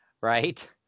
right